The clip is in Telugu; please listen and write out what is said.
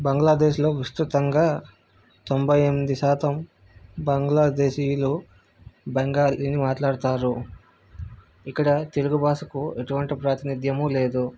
బంగ్లాదేశ్లో విస్తృతంగా తొంభై ఎనిమిది శాతం బంగ్లాదేశీయులు బెంగాలీని మాట్లాడతారు ఇక్కడ తెలుగు భాసకు ఎటువంటి ప్రాతినిధ్యము లేదు